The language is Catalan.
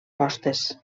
costes